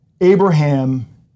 Abraham